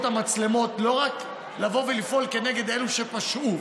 המצלמות לא רק לבוא ולפעול נגד אלה שפשעו,